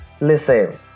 Listen